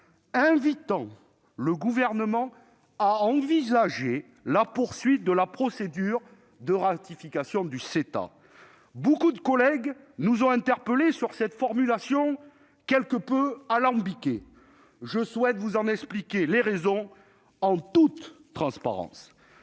invitant le Gouvernement à envisager la poursuite de la procédure de ratification du CETA. De nombreux collègues nous ont interpellés sur cette formulation quelque peu alambiquée. Je souhaite vous en expliquer les raisons en toute transparence.